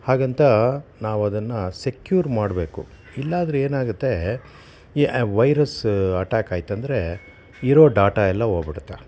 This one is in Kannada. ಹಾಗಂತ ನಾವದನ್ನು ಸೆಕ್ಯೂರ್ ಮಾಡಬೇಕು ಇಲ್ಲಾಂದ್ರೆ ಏನಾಗುತ್ತೆ ಈ ವೈರಸ್ ಅಟ್ಯಾಕ್ ಆಯ್ತಂದರೆ ಇರೋ ಡಾಟಾ ಎಲ್ಲ ಹೋಗ್ಬಿಡುತ್ತೆ